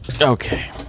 Okay